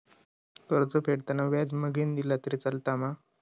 कर्ज फेडताना व्याज मगेन दिला तरी चलात मा?